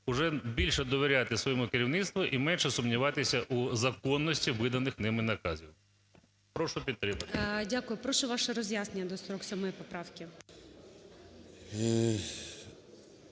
уже більше довіряти своєму керівництву і менше сумніватися у законності виданих ними наказів. Прошу підтримати. ГОЛОВУЮЧИЙ. Дякую. Прошу ваше роз'яснення до 47 поправки.